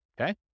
Okay